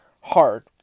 Hard